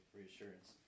reassurance